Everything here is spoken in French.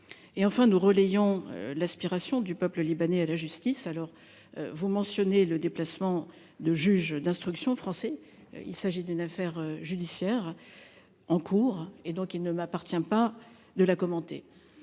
Enfin, nous relayons l'aspiration du peuple libanais à la justice. Vous avez mentionné le déplacement de juges d'instruction français. Il s'agit d'une affaire judiciaire en cours ; il ne m'appartient donc pas de la commenter.